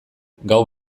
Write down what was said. gau